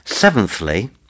Seventhly